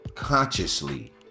consciously